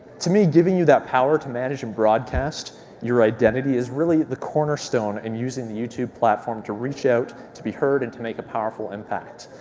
to me, giving you that power to manage and broadcast your identity is really the cornerstone in using the youtube platform to reach out, to be heard, and to make a powerful impact.